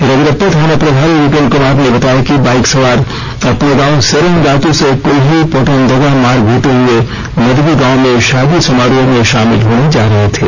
रजरप्पा थाना प्रभारी विपिन कुमार ने बताया कि बाइक सवार अपने गांव सेरेंगातु से कुल्ही पोटमदगा मार्ग होते हुए मदगी गांव में शादी समारोह में शामिल होने जा रहे थे